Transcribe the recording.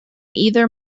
either